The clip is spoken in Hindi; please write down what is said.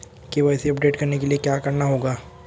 के.वाई.सी अपडेट करने के लिए क्या करना होगा?